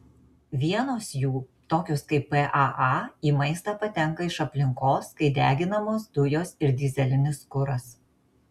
vienos jų tokios kaip paa į maistą patenka iš aplinkos kai deginamos dujos ir dyzelinis kuras